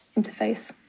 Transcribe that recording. interface